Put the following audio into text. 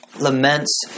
Laments